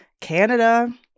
Canada